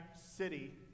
city